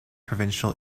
provincial